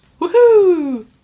Woohoo